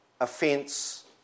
offence